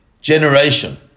generation